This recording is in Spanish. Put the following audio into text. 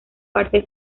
parte